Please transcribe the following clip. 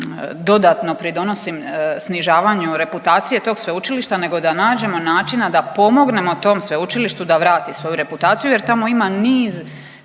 dodatno pridonosim snižavanju reputacije tog sveučilišta nego da nađemo načina da pomognemo tom sveučilištu da vrati svoju reputaciju jer tamo ima niz